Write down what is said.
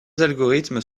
algorithmes